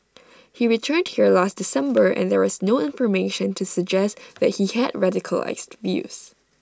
he returned here last December and there was no information to suggest that he had radicalised views